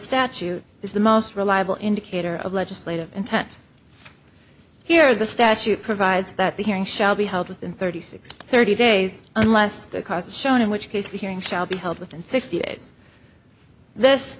statute is the most reliable indicator of legislative intent here the statute provides that the hearing shall be held within thirty six thirty days unless the cause shown in which case the hearing shall be held within sixty